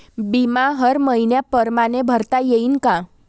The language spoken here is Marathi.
बिमा हर मइन्या परमाने भरता येऊन का?